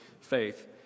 faith